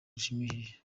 rushimishije